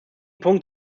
punkt